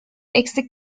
eksik